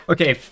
Okay